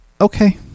okay